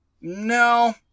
No